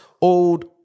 old